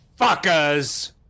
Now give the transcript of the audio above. fuckers